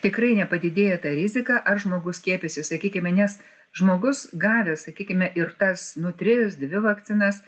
tikrai nepadidėja ta rizika ar žmogus skiepysis sakykime nes žmogus gavęs sakykime ir tas nu tris dvi vakcinas